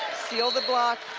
steal the block.